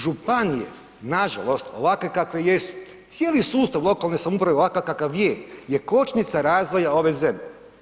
Županije nažalost ovakve kakve jesu, cijeli sustav lokalne samouprave, ovakav kakav je kočnica razvoja ove zemlje.